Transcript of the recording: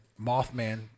Mothman